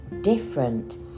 different